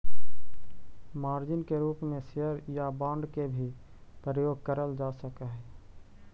margin के रूप में शेयर या बांड के भी प्रयोग करल जा सकऽ हई